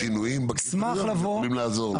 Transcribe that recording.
שינויים --- יכולים לעזור להם.